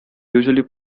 usually